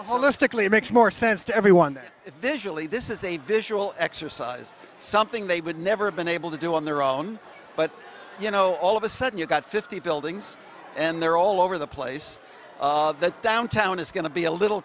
holistically it makes more sense to everyone visually this is a visual exercise something they would never been able to do on their own but you know all of a sudden you've got fifty buildings and they're all over the place that downtown is and to be a little